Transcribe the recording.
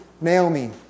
Naomi